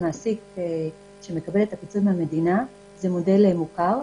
ומעסיק שמקבל את הפיצוי מהמדינה זה מודל מוכר.